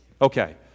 Okay